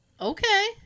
Okay